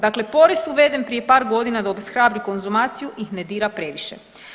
Dakle, porez uveden prije par godina da obeshrabri konzumaciju ih ne dira previše.